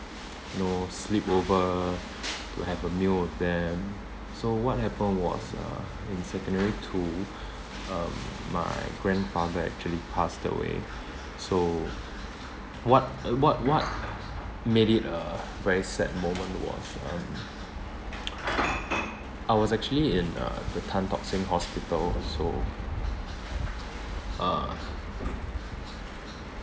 you know sleepover to have a meal with them so what happened was uh in secondary two um my grandfather actually passed away so what what what made it a very sad moment was um I was actually was in the tan tock seng hospital so uh